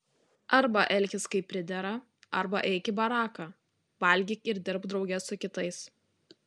arba elkis kaip pridera arba eik į baraką valgyk ir dirbk drauge su kitais